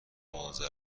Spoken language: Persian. معضل